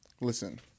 Listen